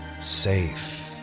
safe